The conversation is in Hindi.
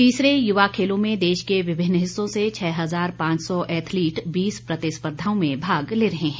तीसरे युवा खेलों में देश के विभिन्न हिस्सों से छह हजार पांच सौ एथलिट बीस प्रतिस्पर्धाओं में भाग ले रहे हैं